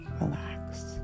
relax